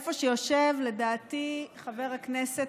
איפה שיושב חבר הכנסת